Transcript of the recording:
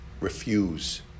refuse